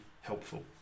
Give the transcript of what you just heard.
helpful